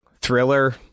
thriller